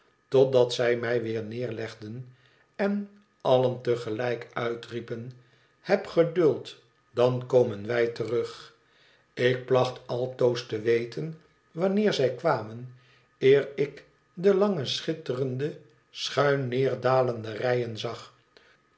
totdat zij mij weer neerlegden en allen te gelijk uitriepen heb geduld dan komen wij terug ik placht altoos te weten wanneer zij kwamen eer ik de lange schitterende schuin neerdalende rijen zag